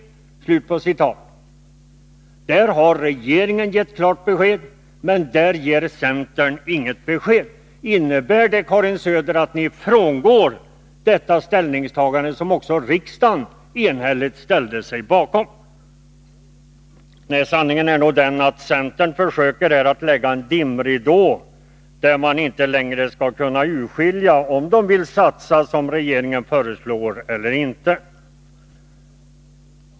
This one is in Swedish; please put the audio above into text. Där har regeringen givit klart besked men inte centern. Innebär det, Karin Söder, att ni frångår detta ställningstagande, som också riksdagen enhälligt ställde sig bakom? Sanningen är nog den att centern försöker lägga en dimridå, där man inte kan urskilja om centern vill satsa som regeringen föreslår eller inte.